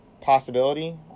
possibility